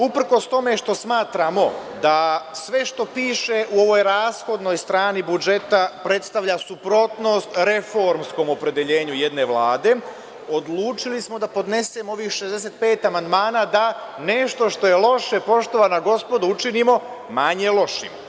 Uprkos tome što smatramo da sve što piše u ovoj rashodnoj strani budžeta, predstavlja suprotnost reformskom opredeljenju jedne Vlade, odlučili smo da podnesemo ovih 65 amandmana da nešto što je loše, poštovana gospodo, učinimo manje lošim.